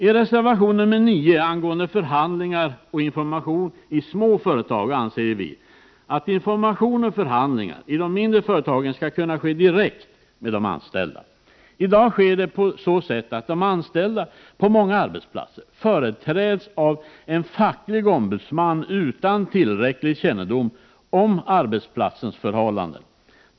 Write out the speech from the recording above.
I reservation nr 9 angående förhandlingar och information i små företag anser vi att information och förhandlingar i de mindre företagen skall kunna ske direkt med de anställda. I dag sker detta — på många arbetsplatser — på så sätt att de anställda företräds av en facklig ombudsman utan tillräcklig kännedom om arbetsplatsens förhållanden.